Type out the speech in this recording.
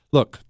Look